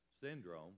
syndrome